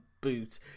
boot